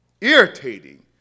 irritating